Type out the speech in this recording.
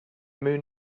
moon